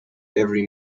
every